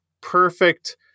perfect